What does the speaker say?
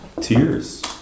Tears